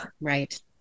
Right